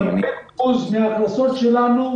מאה אחוז מן ההכנסות שלנו,